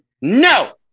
No